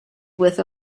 with